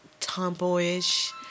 tomboyish